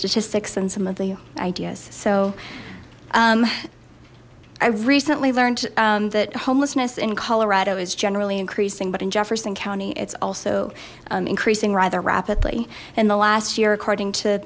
statistics and some of the ideas so i recently learned that homelessness in colorado is generally increasing but in jefferson county it's also increasing rather rapidly in the last year according to